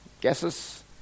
Guesses